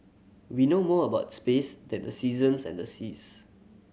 we know more about space than the seasons and the seas